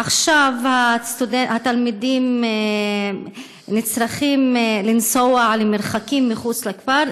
עכשיו התלמידים צריכים לנסוע למרחקים מחוץ לכפר,